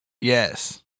Yes